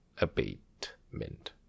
abatement